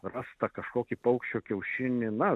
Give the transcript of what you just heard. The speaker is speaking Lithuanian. rastą kažkokį paukščio kiaušinį na